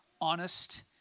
honest